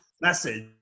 message